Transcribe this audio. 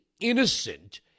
innocent